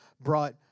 brought